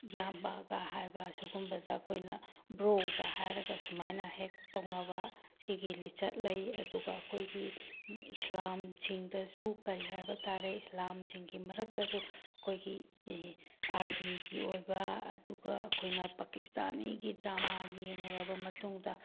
ꯏꯌꯥꯝꯕꯒ ꯍꯥꯏꯕ ꯁꯤꯒꯨꯝꯕꯗ ꯑꯩꯈꯣꯏꯅ ꯕ꯭ꯔꯣꯒ ꯍꯥꯏꯔꯒ ꯁꯨꯃꯥꯏꯅ ꯍꯦꯛ ꯇꯧꯅꯕ ꯁꯤꯒꯤ ꯂꯤꯆꯠ ꯂꯩ ꯑꯗꯨꯒ ꯑꯩꯈꯣꯏꯒꯤ ꯏꯁꯂꯥꯝꯁꯤꯡꯗꯁꯨ ꯀꯔꯤ ꯍꯥꯏꯕ ꯇꯥꯔꯦ ꯏꯁꯂꯥꯝꯁꯤꯡꯒꯤ ꯃꯔꯛꯇꯁꯨ ꯑꯩꯈꯣꯏꯒꯤ ꯑꯥꯔ ꯕꯤꯒꯤ ꯑꯣꯏꯕ ꯑꯗꯨꯒ ꯑꯩꯈꯣꯏꯅ ꯄꯥꯀꯤꯁꯇꯥꯅꯤꯒꯤ ꯗ꯭ꯔꯥꯃꯥ ꯌꯦꯡꯉꯨꯔꯕ ꯃꯇꯨꯡꯗ